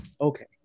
okay